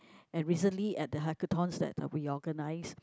and recently at the Hackathons that uh we organised